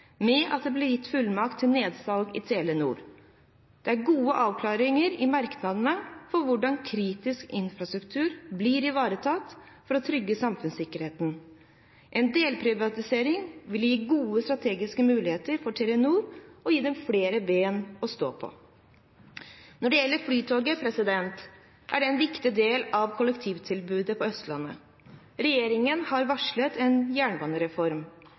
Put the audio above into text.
med at det blir gitt fullmakt til nedsalg i Telenor. Det er gode avklaringer i merknadene for hvordan kritisk infrastruktur blir ivaretatt for å trygge samfunnssikkerheten. En delprivatisering vil gi gode strategiske muligheter for Telenor og gi dem flere ben å stå på. Når det gjelder Flytoget, er det en viktig del av kollektivtilbudet på Østlandet. Regjeringen har varslet en jernbanereform.